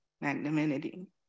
magnanimity